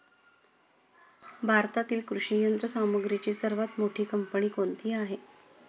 भारतातील कृषी यंत्रसामग्रीची सर्वात मोठी कंपनी कोणती आहे?